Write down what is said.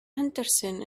henderson